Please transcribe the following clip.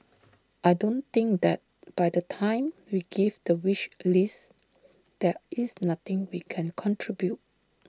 I don't think that by the time we give the wish list there is nothing we can contribute